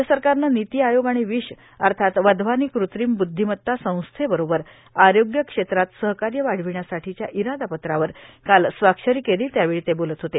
राज्य सरकारनं नीती आयोग आणि विश अर्थात वधवानी कृत्रिम ब्द्विमत्ता संस्थेबरोबर आरोग्यक्षेत्रात सहकार्य वाढवण्यासाठीच्या इरादापत्रावर काल स्वाक्षरी केली त्यावेळी ते बोलत होते